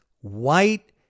white